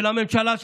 של הממשלה,